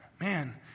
Man